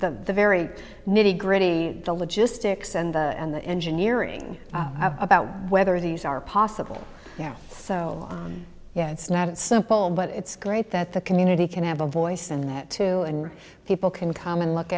the very nitty gritty the logistics and the and the engineering about whether these are possible now so yeah it's not that simple but it's great that the community can have a voice in that too and people can come and look